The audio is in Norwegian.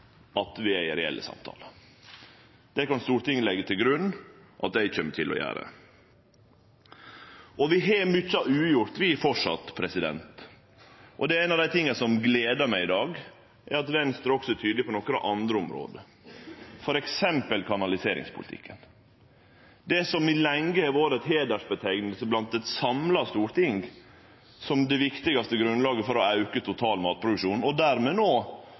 at vi er i reelle samtalar. Det kan Stortinget leggje til grunn at eg kjem til å gjere. Vi har framleis mykje ugjort. Noko av det som gler meg i dag, er at Venstre òg er tydeleg på nokre andre område, f.eks. kanaliseringspolitikken – det som lenge har vore ei heidersnemning i eit samla storting, det viktigaste grunnlaget for å auke total matproduksjon og dermed